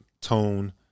tone